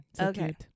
Okay